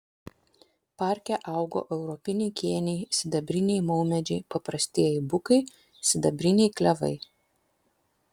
parke augo europiniai kėniai sibiriniai maumedžiai paprastieji bukai sidabriniai klevai